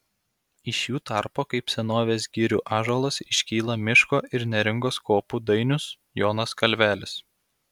iš jų tarpo kaip senovės girių ąžuolas iškyla miško ir neringos kopų dainius jonas kalvelis